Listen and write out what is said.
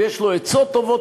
ויש לו עצות טובות,